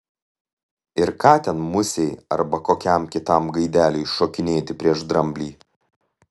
ir ką ten musei arba kokiam kitam gaideliui šokinėti prieš dramblį